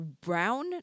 brown